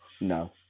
No